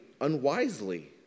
unwisely